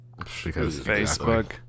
facebook